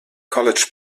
college